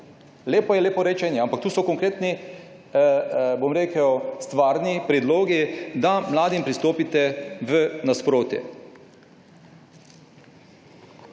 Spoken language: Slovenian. Lepo je leporečiti, ampak tu so konkretni, stvarni predlogi, da mladim pristopite naproti.